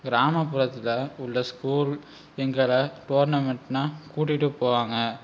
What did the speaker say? கிராமப்புறத்தில் உள்ள ஸ்கூல் எங்களை தோர்னமெண்ட்னா கூட்டிகிட்டு போவாங்க